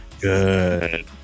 Good